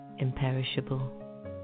imperishable